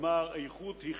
אמר: האיכות היא חינם,